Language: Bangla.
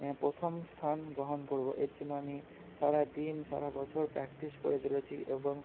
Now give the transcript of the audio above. প্রথম স্থান গ্রহণ করবো এর জন্য আমি সারা দিন সারা বছর প্র্যাকটিস করে চলেছি এবং